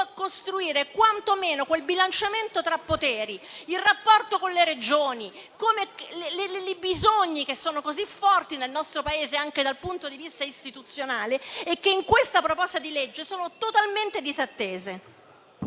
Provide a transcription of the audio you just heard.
costruire quantomeno quel bilanciamento tra poteri: il rapporto con le Regioni, i bisogni che sono così forti nel nostro Paese, anche dal punto di vista istituzionale e che in questa proposta di legge sono totalmente disattesi.